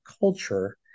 culture